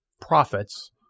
profits